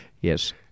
Yes